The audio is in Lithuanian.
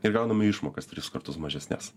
ir gauname išmokas tris kartus mažesnes